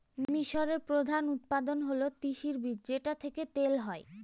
মিশরের প্রধান উৎপাদন হল তিসির বীজ যেটা থেকে তেল হয়